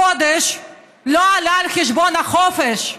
הקודש לא עלה על חשבון החופש.